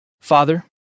Father